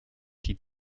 die